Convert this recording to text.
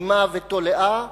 רימה ותולעה,